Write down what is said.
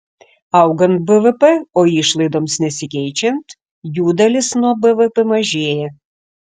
augant bvp o išlaidoms nesikeičiant jų dalis nuo bvp mažėja